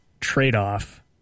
trade-off